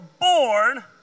born